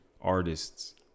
artists